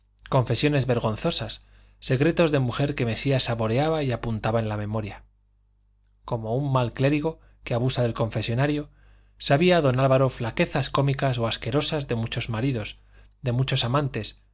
confesiones vergonzosas secretos de mujer que mesía saboreaba y apuntaba en la memoria como un mal clérigo que abusa del confesonario sabía don álvaro flaquezas cómicas o asquerosas de muchos maridos de muchos amantes